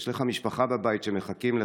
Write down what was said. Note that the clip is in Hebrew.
יש לך משפחה בבית שמחכים לך,